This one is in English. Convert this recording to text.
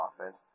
offense